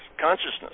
consciousness